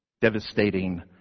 devastating